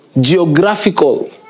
geographical